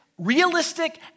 realistic